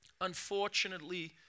Unfortunately